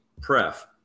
PREF